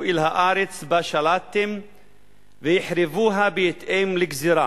אל הארץ שבה שלטתם והחריבוה בהתאם לגזירה.